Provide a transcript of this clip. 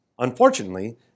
Unfortunately